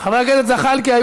הכנסת זחאלקה,